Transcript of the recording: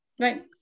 Right